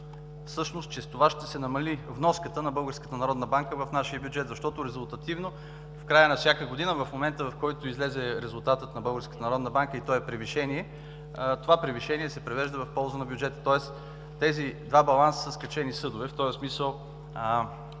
В този смисъл